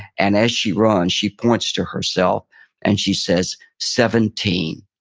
and as she runs, she points to herself and she says, seventeen.